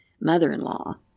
mother-in-law